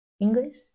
English